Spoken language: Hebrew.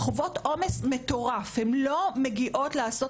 הן חוות עומס מטורף והן לא מגיעות לעשות